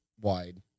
wide